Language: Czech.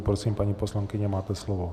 Prosím, paní poslankyně, máte slovo.